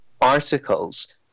articles